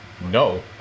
no